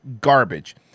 garbage